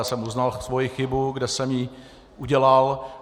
Já jsem uznal svoji chybu, kde jsem ji udělal.